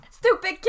Stupid